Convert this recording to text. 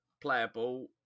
playable